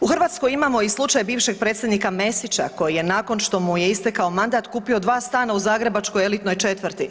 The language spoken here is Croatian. U Hrvatskoj imamo i slučaj bivšeg predsjednika Mesića koji je nakon što mu je istekao mandat kupio dva stana u zagrebačkoj elitnoj četvrti.